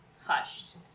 hushed